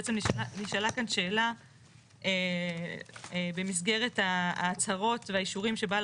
בעצם נשאלה כאן שאלה במסגרת ההצהרות והאישורים שבעל